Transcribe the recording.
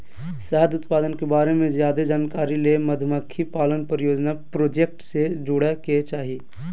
शहद उत्पादन के बारे मे ज्यादे जानकारी ले मधुमक्खी पालन परियोजना प्रोजेक्ट से जुड़य के चाही